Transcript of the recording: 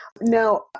Now